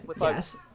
yes